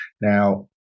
Now